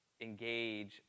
engage